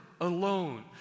alone